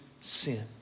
sin